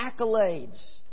accolades